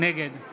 נגד